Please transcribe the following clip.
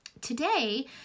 today